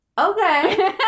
okay